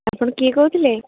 ଆପଣ କିଏ କହୁଥିଲେ